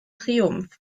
triumph